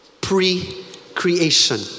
Pre-creation